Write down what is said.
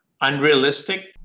unrealistic